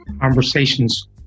conversations